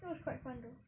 that was quite fun though